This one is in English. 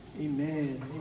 Amen